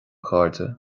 chairde